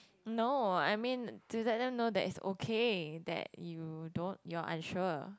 no I mean to let them know that is okay that you don't you are unsure